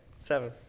seven